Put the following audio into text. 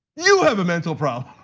you have a mental problem,